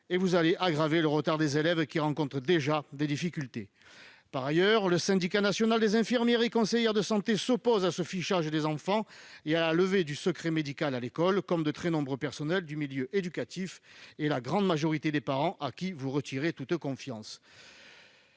et vous aggraverez le retard des élèves qui rencontrent déjà des difficultés. Par ailleurs, le Syndicat national des infirmiers conseillers de santé (Snics) s'oppose au fichage des enfants et à la levée du secret médical à l'école, comme de très nombreux personnels du milieu éducatif et la grande majorité des parents, à qui vous retirez toute confiance.